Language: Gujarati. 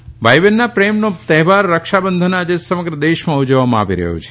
રક્ષા બંધન ભાઇ બહેનના પ્રેમનો તહેવાર રક્ષાબંધન આજે સમગ્ર દેશમાં ઉજવવામાં આવી રહયો છે